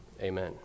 Amen